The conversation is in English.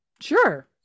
sure